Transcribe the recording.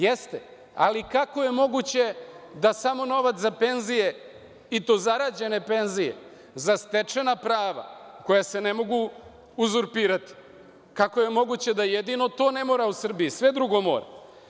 Jeste, ali kako je moguće da samo novac za penzije, i to zarađene penzije, za stečena prava koja se ne mogu uzurpirati, kako je moguće da jedino to ne mora u Srbiji, a sve drugo mora.